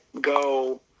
go